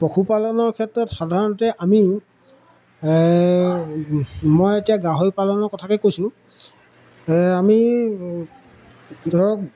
পশুপালনৰ ক্ষেত্ৰত সাধাৰণতে আমিও মই এতিয়া গাহৰি পালনৰ কথাকে কৈছোঁ আমি ধৰক